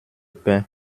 pain